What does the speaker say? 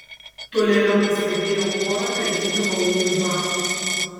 tolėliau pastebėjau porą pelkinių aulinių batų